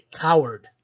coward